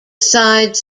sides